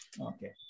Okay